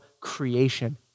creation